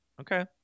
Okay